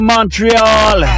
Montreal